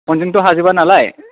फनजोंथ' हाजोबा नालाय